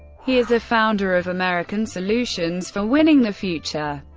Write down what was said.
he is a founder of american solutions for winning the future.